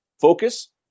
Focus